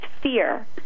fear